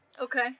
Okay